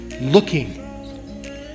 looking